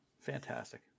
Fantastic